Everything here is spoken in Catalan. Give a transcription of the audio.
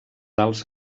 alts